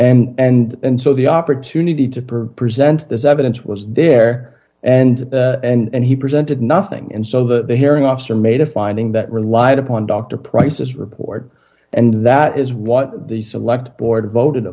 it and and so the opportunity to present this evidence was there and and he presented nothing and so the hearing officer made a finding that relied upon dr prices report and that is what the select board voted